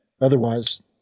Otherwise